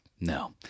No